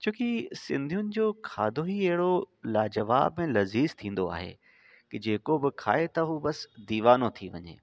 छो कि सिंधियुनि जो खाधो ई अहिड़ो लाजवाब ऐं लज़ीज़ थींदो आहे त जेको बि खाए त हू बसि दीवानो थी वञे